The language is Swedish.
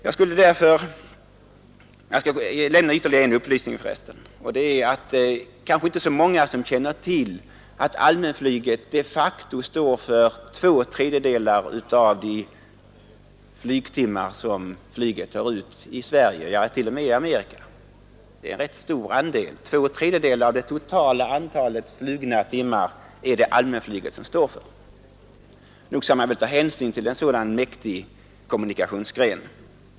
Jag skall lämna ytterligare en upplysning. Det är kanske inte så många som känner till att allmänflyget de facto står för två tredjedelar av de flygtimmar som flyget tar ut i Sverige — t.o.m. i Amerika. Två tredjedelar är en rätt stor andel av det totala antalet flugna timmar. Nog bör man ta hänsyn till en så mäktig kommunikationsgren!